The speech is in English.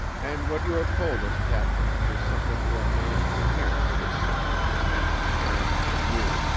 and what you have told us, captain, is something for a man to be hearing of his son and to be hearing it from you.